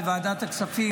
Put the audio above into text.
לוועדת הכספים,